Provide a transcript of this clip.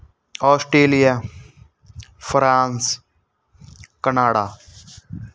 Australia France Canada